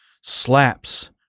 Slaps